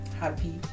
happy